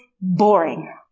boring